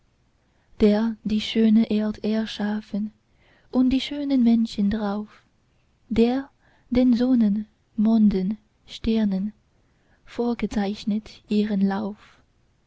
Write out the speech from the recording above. der die schöne erd erschaffen und die schönen menschen drauf der den sonnen monden sternen vorgezeichnet ihren lauf